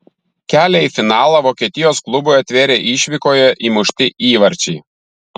kelią į finalą vokietijos klubui atvėrė išvykoje įmušti įvarčiai